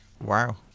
Wow